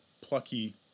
plucky